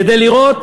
כדי לראות